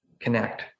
connect